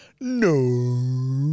No